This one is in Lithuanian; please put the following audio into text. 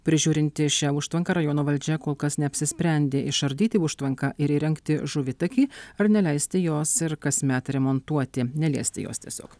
prižiūrinti šią užtvanką rajono valdžia kol kas neapsisprendė išardyti užtvanką ir įrengti žuvitakį ar neleisti jos ir kasmet remontuoti neliesti jos tiesiog